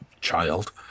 child